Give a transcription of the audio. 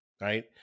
right